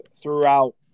throughout